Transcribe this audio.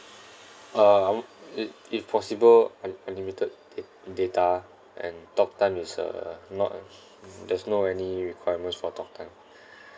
uh um it if possible un~ unlimited dat~ data and talk time is uh not an~ mm there's no any requirements for talk time